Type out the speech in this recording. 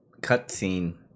cutscene